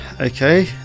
okay